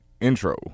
intro